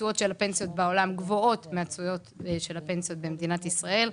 התשואות של הפנסיות בעולם גבוהות מהתשואות של הפנסיות במדינת ישראל,